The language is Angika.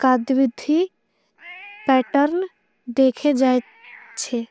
का द्विधी पैटर्न देखे जाये जाये है।